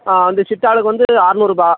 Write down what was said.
ஆ அந்த சித்தாளுக்கு வந்து ஆறநூறுரூபா